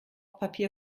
papier